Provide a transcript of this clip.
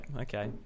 okay